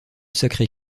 sacré